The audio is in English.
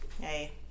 Hey